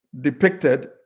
depicted